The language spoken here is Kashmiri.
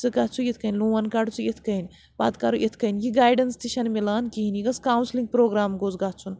ژٕ گژھِ یِتھ کٔنۍ لون کَڑٕ ژٕ یِتھ کٔنۍ پَتہٕ کَرٕ اِتھ کٔنۍ یہِ گایڈَنٕس تہِ چھَنہٕ مِلان کِہیٖنۍ یہِ گژھِ کَوسِلِنٛگ پروگرام گوٚژھ گژھُن